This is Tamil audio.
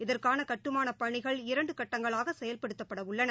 இதற்கான கட்டுமானப் பணிகள் இரண்டு கட்டங்களாக செயல்படுத்தப்பட உள்ளன